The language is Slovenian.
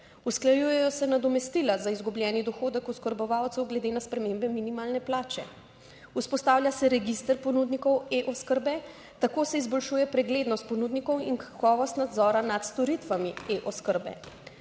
Usklajujejo se nadomestila za izgubljeni dohodek oskrbovalcev glede na spremembe minimalne plače. Vzpostavlja se Register ponudnikov e-oskrbe, tako se izboljšuje preglednost ponudnikov in kakovost nadzora nad storitvami e-oskrbe.